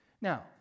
Now